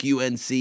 UNC